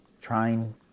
trying